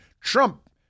Trump